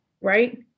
right